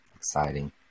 Exciting